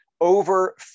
over